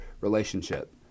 relationship